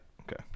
okay